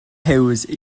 hughes